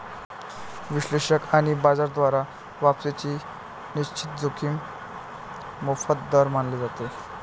विश्लेषक आणि बाजार द्वारा वापसीची निश्चित जोखीम मोफत दर मानले जाते